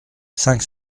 cinq